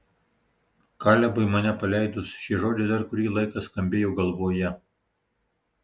kalebui mane paleidus šie žodžiai dar kurį laiką skambėjo galvoje